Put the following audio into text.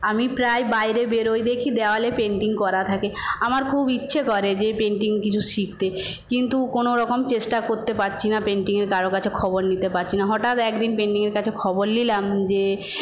আমি প্রায় বাইরে বেরোয় দেখি দেওয়ালে পেন্টিং করা থাকে আমার খুব ইচ্ছে করে যে পেন্টিং কিছু শিখতে কিন্তু কোন রকম চেষ্টা করতে পারছি না পেন্টিংয়ের কারোর কাছে খবর নিতে পারছি না হঠাৎ একদিন পেন্টিংয়ের কাছে খবর নিলাম যে